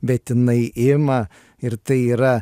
bet jinai ima ir tai yra